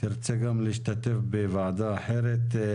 תרצה גם להשתתף בוועדה אחרת.